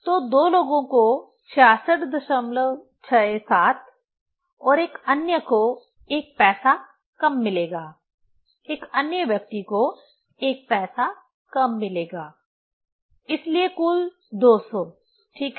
तो दो लोगों को 6667 और एक अन्य को 1 पैसा कम मिलेगा एक अन्य व्यक्ति को 1 पैसा कम मिलेगा इसलिए कुल 200 ठीक है